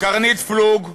קרנית פלוג,